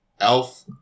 Elf